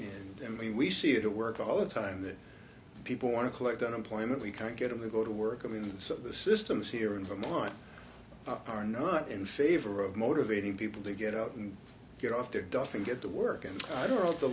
are i mean we see it at work all the time that people want to collect unemployment we can't get them to go to work i mean some of the systems here in vermont are not in favor of motivating people to get out and get off their duff and get to work and i don't